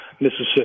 Mississippi